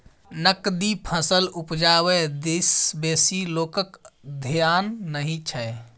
नकदी फसल उपजाबै दिस बेसी लोकक धेआन नहि छै